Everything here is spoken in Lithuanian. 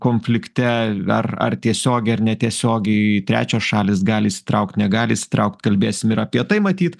konflikte ar ar tiesiogiai ar netiesiogiai trečios šalys gali įsitraukt negali įsitraukt kalbėsim ir apie tai matyt